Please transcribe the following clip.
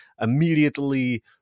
immediately